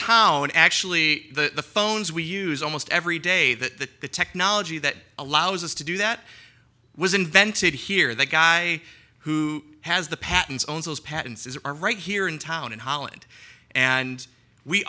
town actually the phones we use almost every day that the technology that allows us to do that was invented here that guy who has the patents owns those patents are right here in town in holland and we